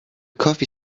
coffee